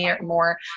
more